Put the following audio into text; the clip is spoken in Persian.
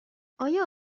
آیا